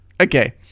Okay